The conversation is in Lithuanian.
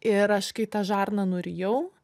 ir aš kai tą žarną nurijau